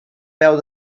peu